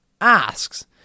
asks